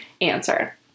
answer